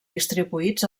distribuïts